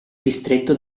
distretto